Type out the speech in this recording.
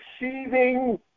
receiving